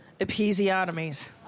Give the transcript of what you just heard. episiotomies